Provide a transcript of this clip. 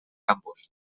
campus